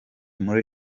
muri